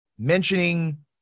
mentioning